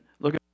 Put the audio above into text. look